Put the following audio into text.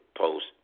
post